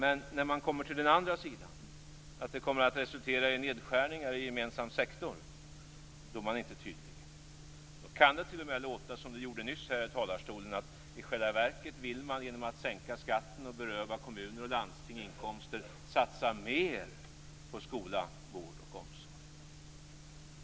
Men när vi kommer till den andra sidan, att det kommer att resultera i nedskärningar i gemensam sektor, är man inte tydlig.